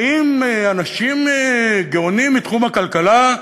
באים אנשים גאונים מתחום הכלכלה,